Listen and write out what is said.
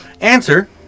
answer